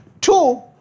Two